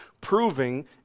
proving